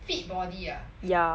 fit body ah